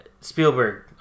Spielberg